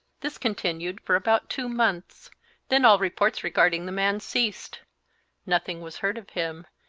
this continued for about two months then all reports regarding the man ceased nothing was heard of him,